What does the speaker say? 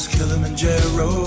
Kilimanjaro